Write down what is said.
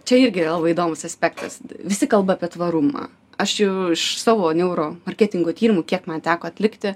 čia irgi yra labai įdomus aspektas visi kalba apie tvarumą aš jau iš savo neuro marketingo tyrimų kiek man teko atlikti